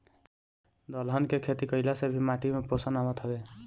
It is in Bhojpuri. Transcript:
दलहन के खेती कईला से भी माटी में पोषण आवत हवे